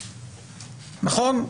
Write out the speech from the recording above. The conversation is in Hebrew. נכון?